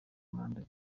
manda